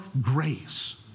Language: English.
grace